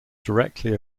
directly